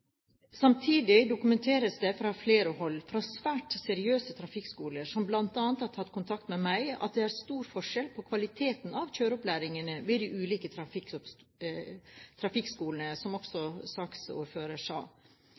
Samtidig dokumenteres det fra flere hold, fra svært seriøse trafikkskoler som bl.a. har tatt kontakt med meg, at det er stor forskjell på kvaliteten i kjøreopplæringen ved de ulike trafikkskolene, som også saksordføreren sa,